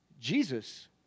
Jesus